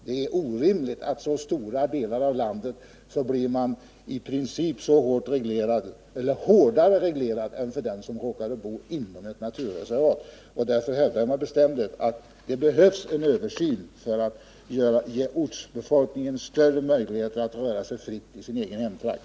Det är orimligt att man i så stora delar av landet i princip blir t.o.m. hårdare reglerad än de som bor inom ett naturreservat, och därför hävdar jag med bestämdhet att det behövs en översyn för att ge ortsbefolkningen större möjligheter att röra sig fritt i sin egen hemtrakt.